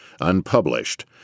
Unpublished